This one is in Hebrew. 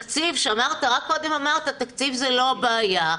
רק קודם אמרת שתקציב זה לא בעיה.